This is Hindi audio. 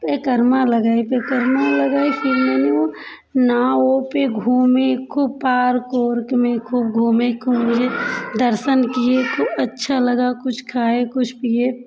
परिक्रमा लगाई परिक्रमा लगाई फिर मैंने वो नावों पे घूमें खूब पार्क वार्क में खूब घूमें दर्शन किए खूब अच्छा लगा कुछ खाए कुछ पिए